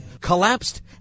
collapsed